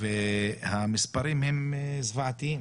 והמספרים הם זוועתיים